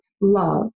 love